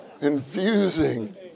Infusing